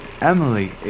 Emily